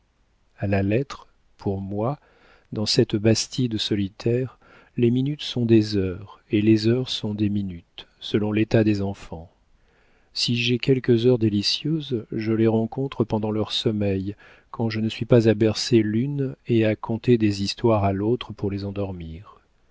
la lettre pour moi dans cette bastide solitaire les minutes sont des heures ou les heures sont des minutes selon l'état des enfants si j'ai quelques heures délicieuses je les rencontre pendant leur sommeil quand je ne suis pas à bercer l'une et à conter des histoires à l'autre pour les endormir